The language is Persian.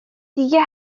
دیگه